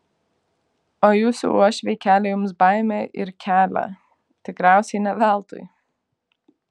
o jūsų uošviai kelia jums baimę ir kelia tikriausiai ne veltui